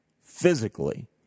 physically